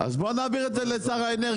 אז בוא נעביר את זה לשר האנרגיה,